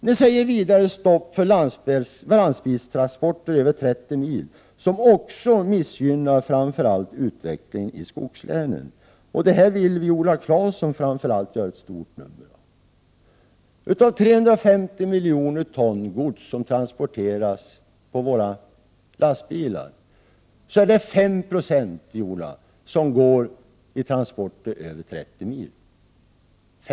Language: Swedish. Ni säger vidare stopp för lastbilstransporter över 30 mil, vilket framför allt missgynnar utvecklingen i skogslänen. Detta vill Viola Claesson göra ett stort nummer av. Av de 350 miljoner ton gods som transporteras med lastbil är det endast 5 70, Viola Claesson, som transporteras över 30 mil.